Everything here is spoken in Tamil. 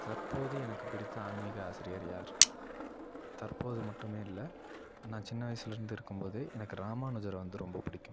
தற்போது எனக்கு பிடித்த ஆன்மீக ஆசிரியர் யார் தற்போது மட்டுமே இல்லை நான் சின்ன வயசுலேருந்து இருக்கும்போது எனக்கு ராமானுஜரை வந்து ரொம்ப பிடிக்கும்